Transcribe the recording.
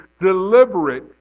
deliberate